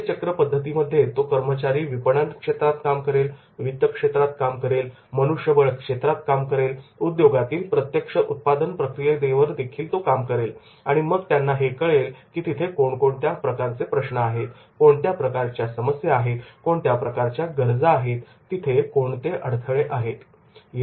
कार्यचक्र पद्धतीमध्ये तो कर्मचारी विपणन क्षेत्रात काम करेल वित्तक्षेत्रात काम करेल मनुष्यबळ क्षेत्रात काम करेल उद्योगातील प्रत्यक्ष उत्पाद प्रक्रियेवरदेखील काम करेल आणि मग त्यांना हे कळेल की तिथे कोण कोणत्या प्रकारचे प्रश्न आहेत कोणत्या प्रकारच्या समस्या आहेत कोणत्या प्रकारच्या गरजा आहेत आणि कोणते अडथळे तिथे आहेत